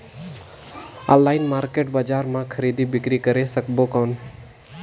Online market बजार मां खरीदी बीकरी करे सकबो कौन?